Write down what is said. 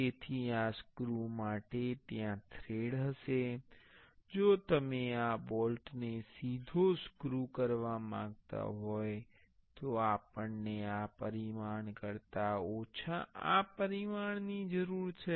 તેથી આ સ્ક્રુ માટે ત્યાં થ્રેડ હશે જો તમે આ બોલ્ટ ને સીધો સ્ક્રૂ કરવા માંગતા હો તો આપણને આ પરિમાણ કરતા ઓછા આ પરિમાણની જરૂર છે